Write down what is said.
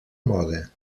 moda